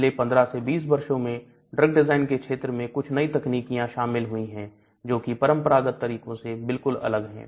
पिछले 15 से 20 वर्षों में ड्रग डिजाइन के क्षेत्र में कुछ नई तकनीकीया शामिल हुई है जोकि परंपरागत तरीकों से बिल्कुल अलग है